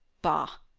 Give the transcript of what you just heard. bah!